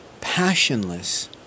passionless